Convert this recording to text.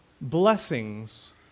blessings